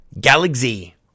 Galaxy